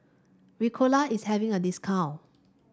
Ricola is having a discount